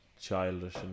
childish